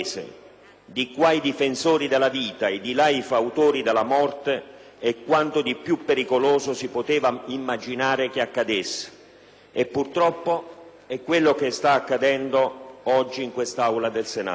di qua i difensori della vita e di la i fautori della morte - è quanto di più pericoloso si poteva immaginare che accadesse e purtroppo è quello che sta accadendo oggi in quest'Aula del Senato.